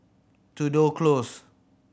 Tudor Close